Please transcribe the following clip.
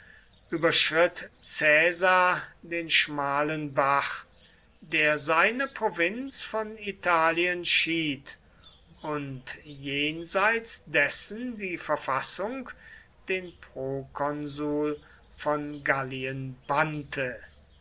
überschritt caesar den schmalen bach der seine provinz von italien schied und jenseits dessen die verfassung den prokonsul von gallien bannte